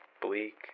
Bleak